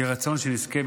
יהי רצון שנזכה,